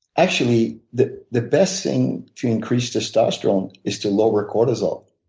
actually the the best thing to increase testosterone is to lower cortisol.